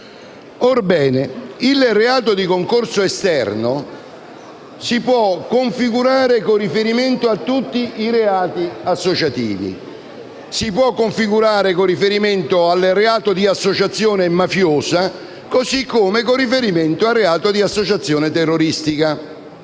Orbene, il reato di concorso esterno si può configurare con riferimento a tutti i reati associativi: si può configurare con riferimento al reato di associazione mafiosa così come con riferimento al reato di associazione terroristica.